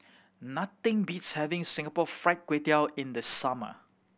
nothing beats having Singapore Fried Kway Tiao in the summer